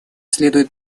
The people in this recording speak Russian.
следует